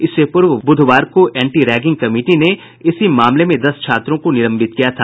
इससे पूर्व बुधवार को एंटी रैगिंग कमिटी ने इसी मामले में दस छात्रों को निलंबित किया था